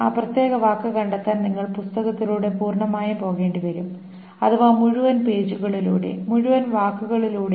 ആ പ്രത്യേക വാക്ക് കണ്ടെത്താൻ നിങ്ങൾ പുസ്തകത്തിലൂടെ പൂർണമായും പോകേണ്ടി വരും അഥവാ മുഴുവൻ പേജുകളിലൂടെ മുഴുവൻ വാക്കുകളിലൂടെ